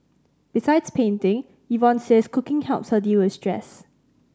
besides painting Yvonne says cooking helps her deal with stress